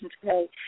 today